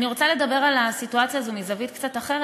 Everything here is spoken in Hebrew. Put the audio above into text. אני רוצה לדבר על הסיטואציה הזו מזווית קצת אחרת,